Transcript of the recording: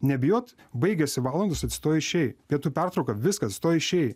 nebijot baigėsi valandos atsistojai išėjai pietų pertrauka viskas atsistojai išėjai